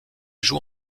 joue